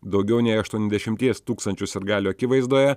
daugiau nei aštuoniasdešimties tūkstančių sirgalių akivaizdoje